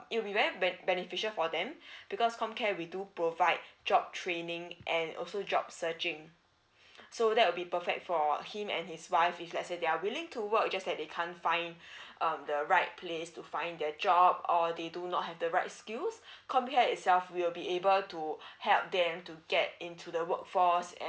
it will be very ben~ beneficial for them because comcare we do provide job training and also job searching so that will be perfect for him and his wife if let's say they are willing to work just that they can't find um the right place to find their job or they do not have the right skills comcare itself will be able to help them to get into the workforce